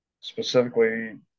Specifically